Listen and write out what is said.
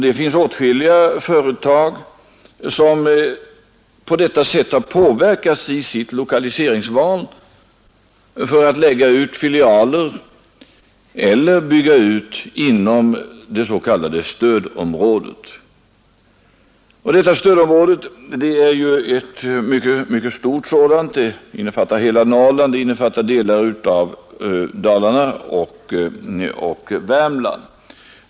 Det finns också åtskilliga företag som på detta sätt har påverkats i sitt lokaliseringsval för att lägga ut filialer eller bygga ut inom det s.k. stödområdet. Stödområdet är ju mycket stort. Det innefattar hela Norrland samt delar av Dalarna och Värmland.